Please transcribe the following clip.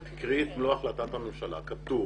תקראי את מלוא החלטת הממשלה ובה כתוב